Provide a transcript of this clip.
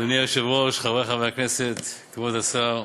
אדוני היושב-ראש, חברי חברי הכנסת, כבוד השר,